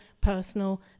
personal